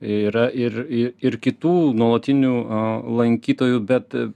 yra ir ir kitų nuolatinių lankytojų bet